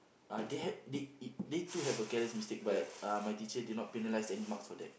uh they had they it they too had a careless mistake but uh my teacher did not penalise any marks for that